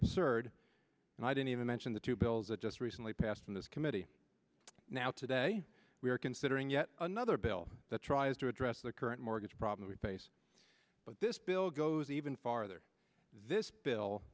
absurd and i didn't even mention the two bills that just recently passed in this committee now today we are considering yet another bill that tries to address the current mortgage problem we face but this bill goes even farther this bill